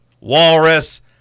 walrus